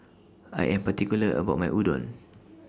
I Am particular about My Udon